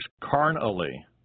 carnally